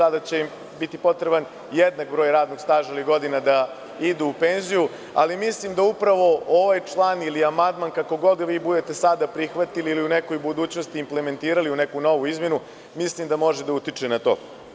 Sada će im biti potreban jednak broj radnog staža ili godina da idu u penziju, ali mislim da ovaj član ili amandman, kako god ga budete prihvatili ili u nekoj budućnosti implementirali u neku novu izmenu, može da utiče na to.